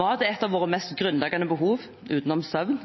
Mat er et av våre mest grunnleggende behov utenom søvn,